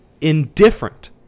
indifferent